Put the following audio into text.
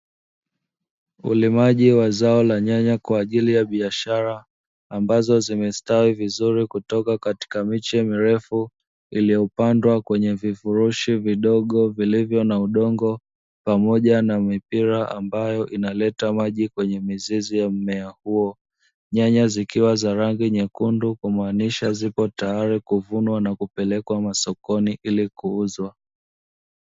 Ulimaji wa zao la nyanya kwa ajili ya biashara, ambazo zimestawi vizuri kutoka katika miche mirefu iliyopandwa kwenye vifurushi vidogo vilivyo na udongo pamoja na mipira ambayo inaleta maji kwenye mizizi ya mmea huo, nyanya zikiwa za rangi nyekundu, kumaanisha zipo tayari kuvunwa na kupelekwa masokoni ili kuuzwa.